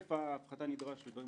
היקף ההפחתה הנדרש וכו'.